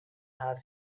have